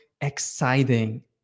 exciting